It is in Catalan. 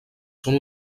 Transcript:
són